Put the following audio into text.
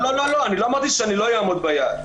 לא, לא, אני לא אמרתי שאני לא אעמוד ביעד.